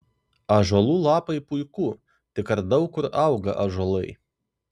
ąžuolų lapai puiku tik ar daug kur auga ąžuolai